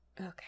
okay